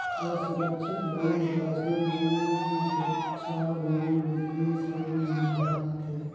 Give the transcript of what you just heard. असुरक्छित लोन में personal loan, सिक्छा लोन, बिजनेस लोन मन हर आथे